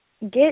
get